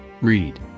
read